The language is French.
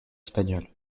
espagnoles